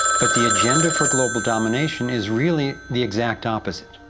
but, the agenda for global domination is really the exact opposite.